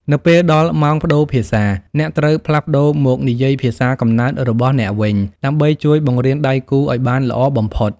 នៅពេលដល់ម៉ោងប្ដូរភាសា អ្នកត្រូវផ្លាស់ប្ដូរមកនិយាយភាសាកំណើតរបស់អ្នកវិញ ដើម្បីជួយបង្រៀនដៃគូឱ្យបានល្អបំផុត។